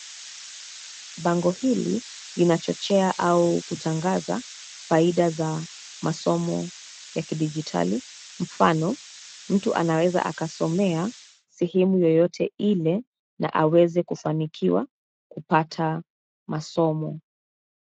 Bango hili, linachochea au kutangaza faida za masomo ya kidijitali. Mfano, mtu anaweza akasomea sehemu yoyote ile, na aweze kufanikiwa kupata masomo.